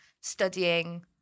studying